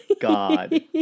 God